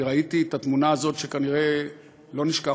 כי ראיתי את התמונה הזאת שכנראה לא נשכח,